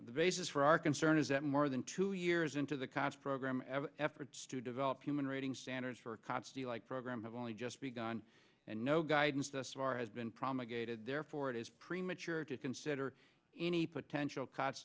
the basis for our concern is that more than two years into the cops program efforts to develop human rating standards for cops the like program have only just begun and no guidance thus far has been promulgated therefore it is premature to consider any potential cost